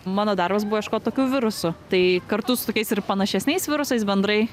mano darbas buvo ieškot tokių virusų tai kartu su tokiais ir panašesniais virusais bendrai